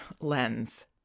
lens